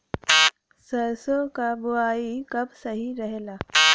सरसों क बुवाई कब सही रहेला?